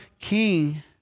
king